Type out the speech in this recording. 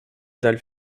dalle